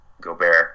Gobert